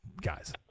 guys